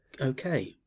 okay